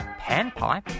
Panpipe